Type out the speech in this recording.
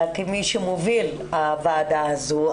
אלא כמי שמוביל את הוועדה הזו.